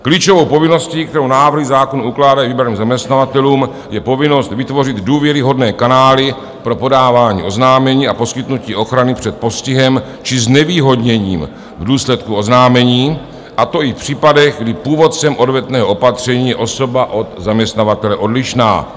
Klíčovou povinností, kterou návrhy zákonů ukládají vybraným zaměstnavatelům, je povinnost vytvořit důvěryhodné kanály pro podávání oznámení a poskytnutí ochrany před postihem či znevýhodněním v důsledku oznámení, a to i v případech, kdy původcem odvetného opatření je osoba od zaměstnavatele odlišná.